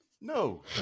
No